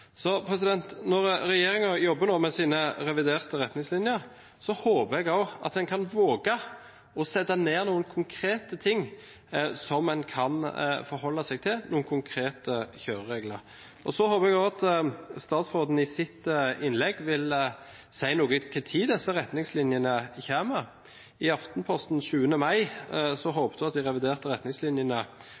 Når regjeringen nå jobber med sine reviderte retningslinjer, håper jeg at en kan våge å sette ned noen konkrete ting som en kan forholde seg til, noen konkrete kjøreregler. Jeg håper også at statsråden i sitt innlegg vil si noe om når disse retningslinjene kommer. I Aftenposten 7. mai håpet hun at de reviderte retningslinjene